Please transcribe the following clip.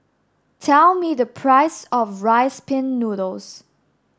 tell me the price of rice pin noodles